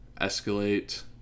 escalate